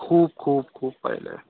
खूप खूप खूप पाहिलंय